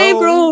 April